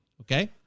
okay